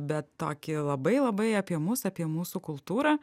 bet tokį labai labai apie mus apie mūsų kultūrą